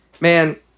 man